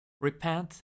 Repent